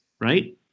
right